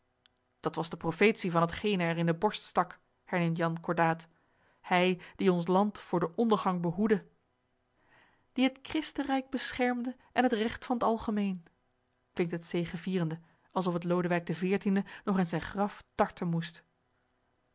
dat was de profetie van hetgene er in den borst stak herneemt jan cordaat hij die ons land voor den ondergang behoedde die t christenrijk beschermde en t recht van t algemeen klinkt het zegevierende alsof het lodewijk xiv nog in zijn graf tarten moest